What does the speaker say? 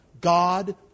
God